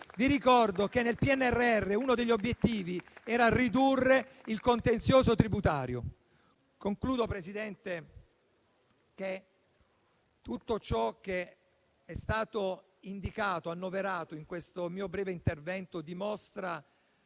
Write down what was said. Vi ricordo che uno degli obiettivi del PNRR era ridurre il contenzioso tributario. Concludo, signor Presidente, dicendo che tutto ciò che è stato indicato e annoverato in questo mio breve intervento, dimostra